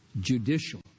Judicial